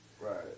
right